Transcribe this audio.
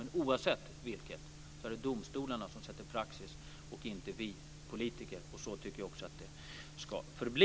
Men oavsett vilket är det domstolarna som sätter praxis och inte vi politiker, och så tycker jag också att det ska förbli.